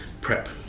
prep